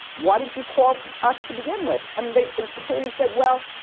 why didn't you call us to begin with? and they security said well,